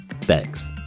thanks